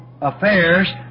affairs